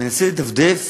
מנסה לדפדף